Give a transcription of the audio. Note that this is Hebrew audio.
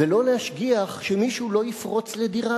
ולא להשגיח שמישהו לא יפרוץ לדירה.